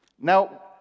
Now